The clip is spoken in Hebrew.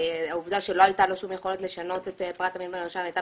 העובדה שלא הייתה לו שום יכולת לשנות את פרט המין במרשם הייתה